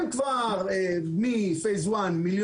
הסטיבקס עוד לפני הקמת